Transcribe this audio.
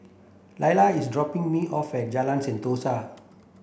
Illya is dropping me off at Jalan Sentosa